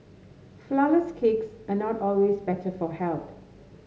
flourless cakes are not always better for health